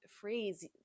phrase